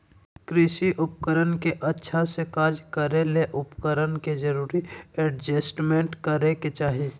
कृषि उपकरण के अच्छा से कार्य करै ले उपकरण में जरूरी एडजस्टमेंट करै के चाही